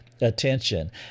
attention